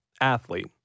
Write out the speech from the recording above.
athlete